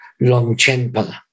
Longchenpa